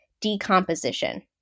decomposition